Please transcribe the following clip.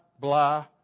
blah